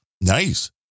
nice